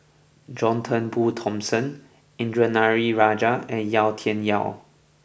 John Turnbull Thomson Indranee Rajah and Yau Tian Yau